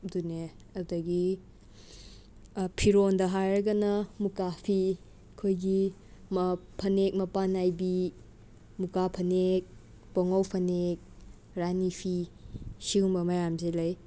ꯑꯗꯨꯅꯦ ꯑꯗꯒꯤ ꯐꯤꯔꯣꯟꯗ ꯍꯥꯏꯔꯒꯅ ꯃꯨꯀꯥ ꯐꯤ ꯑꯩꯈꯣꯏꯒꯤ ꯃ ꯐꯅꯦꯛ ꯃꯄꯥꯟ ꯅꯥꯏꯕꯤ ꯃꯨꯀꯥ ꯐꯅꯦꯛ ꯄꯨꯉꯧ ꯐꯅꯦꯛ ꯔꯥꯅꯤ ꯐꯤ ꯁꯤꯒꯨꯝꯕ ꯃꯌꯥꯝꯁꯦ ꯂꯩ